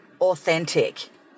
authentic